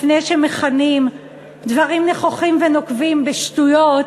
לפני שמכנים דברים נכוחים ונוקבים "שטויות",